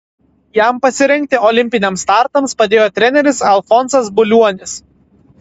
jam pasirengti olimpiniams startams padėjo treneris alfonsas buliuolis